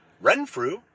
Renfrew